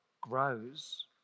grows